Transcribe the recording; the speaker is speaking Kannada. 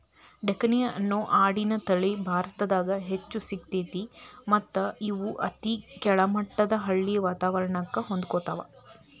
ಡೆಕ್ಕನಿ ಅನ್ನೋ ಆಡಿನ ತಳಿ ಭಾರತದಾಗ್ ಹೆಚ್ಚ್ ಸಿಗ್ತೇತಿ ಮತ್ತ್ ಇವು ಅತಿ ಕೆಳಮಟ್ಟದ ಹಳ್ಳಿ ವಾತವರಣಕ್ಕ ಹೊಂದ್ಕೊತಾವ